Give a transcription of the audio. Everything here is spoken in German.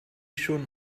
schon